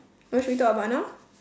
what should we talk about now